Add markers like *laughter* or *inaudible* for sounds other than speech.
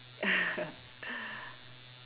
*laughs*